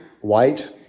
white